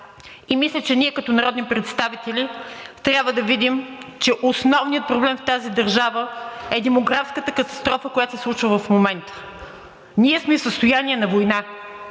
Мисля, че ние като народни представители трябва да видим, че основният проблем в тази държава е демографската катастрофа, която се случва в момента. Ние сме в състояние на война